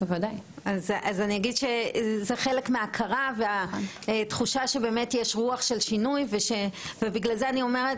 זה חלק מההכרה והתחושה שבאמת יש רוח של שינוי ובגלל זה אני אומרת